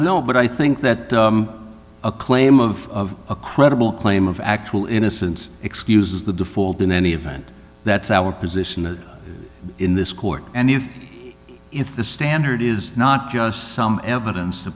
know but i think that a claim of a credible claim of actual innocence excuse is the default in any event that's our position in this court and if if the standard is not just some evidence to